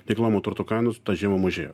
nekilnojamo turto kainos tą žiemą mažėjo